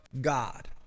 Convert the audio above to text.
God